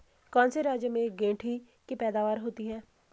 कौन से राज्य में गेंठी की पैदावार होती है?